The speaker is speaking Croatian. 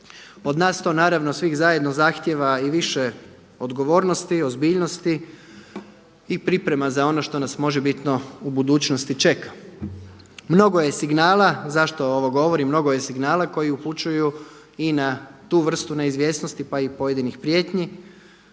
Od nas to naravno svih zajedno zahtjeva i više odgovornosti, ozbiljnosti i priprema za ono što nas može bitno u budućnosti čeka. Mnogo je signala, zašto ovo govori, mnogo je signala koji upućuju i na tu vrstu neizvjesnosti pa i pojedinih prijetnji.